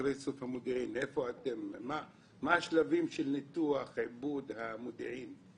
מה השלבים בניתוח, בעיבוד המודיעין?